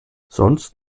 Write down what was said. sonst